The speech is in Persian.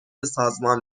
سازمان